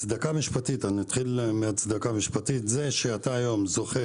אתחיל מהצדקה משפטית, זה שאתה היום זוכה